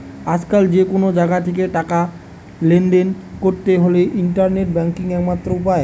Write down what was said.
আজকাল যে কুনো জাগা থিকে টাকা লেনদেন কোরতে হলে ইন্টারনেট ব্যাংকিং একমাত্র উপায়